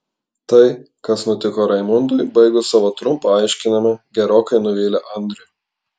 tai kas nutiko raimundui baigus savo trumpą aiškinimą gerokai nuvylė andrių